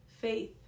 faith